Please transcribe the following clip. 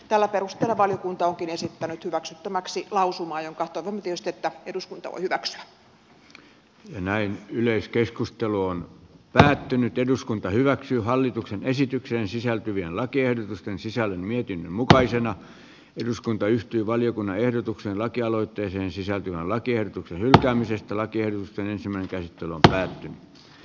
tällä perusteella valiokunta onkin esittänyt hyväksyttäväksi lausumaa ja näin yleiskeskustelu on päättynyt eduskunta hyväksyy hallituksen esitykseen sisältyvien lakiehdotusten toivomme tietysti että eduskunta yhtyi valiokunnan ehdotuksen lakialoitteeseen sisältyvän lakiehdotuksen hylkäämisestä lakiehdotusten voi sen hyväksyä